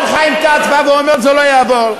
השר חיים כץ בא ואומר: זה לא יעבור.